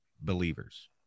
believers